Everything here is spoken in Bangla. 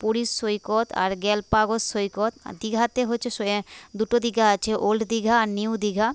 পুরীর সৈকত আর গ্যালাপাগোস সৈকত দিঘাতে হচ্ছে সয়ে দুটো দিঘা আছে ওল্ড দিঘা আর নিউ দিঘা